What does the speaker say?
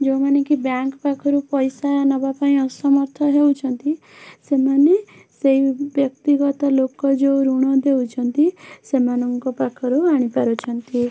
ଯୋଉମାନେ କି ବ୍ୟାଙ୍କ୍ ପାଖରୁ ପଇସା ନେବାପାଇଁ ଅସମର୍ଥ ହେଉଛନ୍ତି ସେମାନେ ସେଇ ବ୍ୟକ୍ତିଗତ ଲୋକ ଯୋଉ ଋଣ ଦେଉଛନ୍ତି ସେମାନଙ୍କ ପାଖରୁ ଆଣିପାରୁଛନ୍ତି